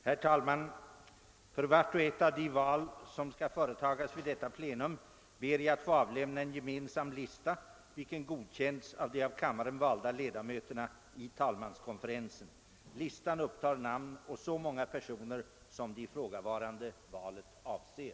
Herr talman! För vart och ett av de val som skall företagas vid detta plenum ber jag att få avlämna en gemensam lista, vilken godkänts av de av kammaren valda ledamöterna i talmanskonferensen. Listan upptar namn å så många personer, som det ifrågavarande valet avser.